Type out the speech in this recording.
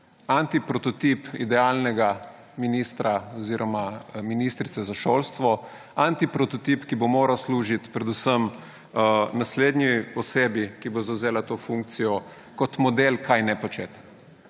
Antiprototip idealnega ministra oziroma ministrice za šolstvo, antiprototip, ki bo moral služiti predvsem naslednji osebi, ki bo zavzela to funkcijo, kot model, česa ne početi,